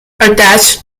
attached